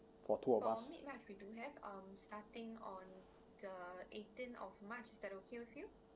for two of us